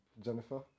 Jennifer